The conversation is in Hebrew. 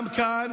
גם כאן